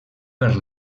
per